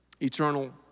eternal